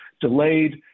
delayed